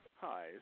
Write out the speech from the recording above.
Hi